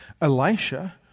Elisha